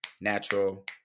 natural